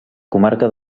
comarca